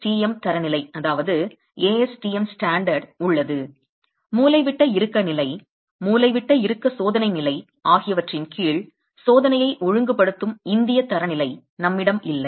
ASTM தரநிலை உள்ளது மூலைவிட்ட இறுக்க நிலை மூலைவிட்ட இறுக்க சோதனை நிலை ஆகியவற்றின் கீழ் சோதனையை ஒழுங்குபடுத்தும் இந்திய தரநிலை நம்மிடம் இல்லை